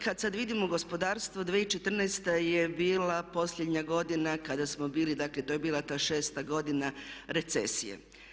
Kad sad vidimo gospodarstvo 2014. je bila posljednja godina kada smo bili, dakle to je bila ta šesta godina recesije.